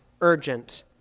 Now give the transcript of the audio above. urgent